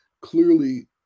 clearly